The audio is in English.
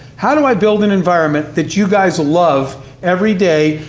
how do i build an environment that you guys love every day,